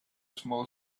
small